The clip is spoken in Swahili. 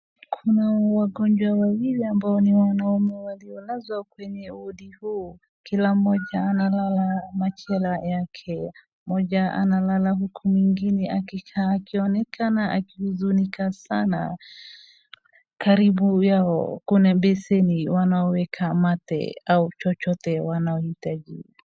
Kuna wagonjwa wawili ambao ni wanaume waliolazwa kwenye wodi huu. Kila mmoja analala kwa majela yake. Mmmoja analala huku mwingine akikaa akionekana akihuzunika sana. Karibu yao kuna beseni wanaoweka mate au chochote wanachohitaji.